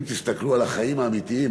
אם תסתכלו על החיים האמיתיים,